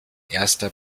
erster